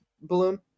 balloon